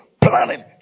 planning